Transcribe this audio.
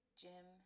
gym